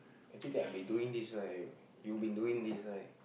actually I've been doing this right you've been doing this right